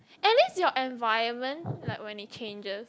at least your environment like when it changes